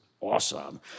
awesome